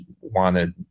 wanted